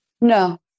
No